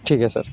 ठीक आहे सर